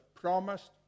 promised